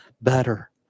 better